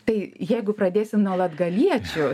tai jeigu pradėsim nuo latgaliečių